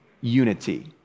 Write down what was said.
unity